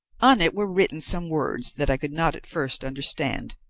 on it were written some words that i could not at first understand,